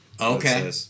Okay